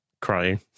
crying